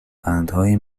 قندهای